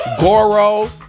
Goro